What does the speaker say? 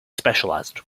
specialised